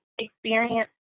experience